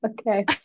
okay